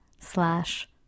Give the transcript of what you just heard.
slash